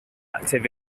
active